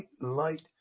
light